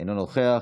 אינו נוכח,